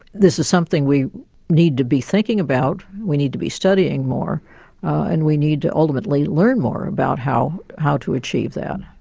this is something we need to be thinking about, we need to be studying more and we need to ultimately learn more about how how to achieve that.